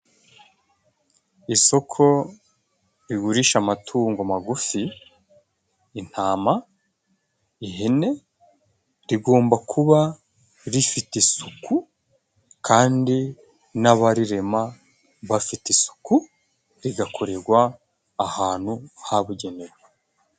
Isoko rigurisha amatungo magufi, intama, ihene, rigomba kuba rifite isuku, kandi n'abarirema bafite isuku, rigakorerwa ahantu habugenewe.